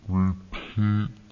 repeat